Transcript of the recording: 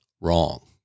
wrong